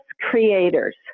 creators